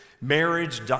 Marriage